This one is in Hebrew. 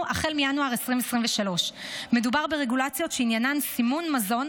החל מינואר 2023. מדובר ברגולציות שעניינן סימון מזון,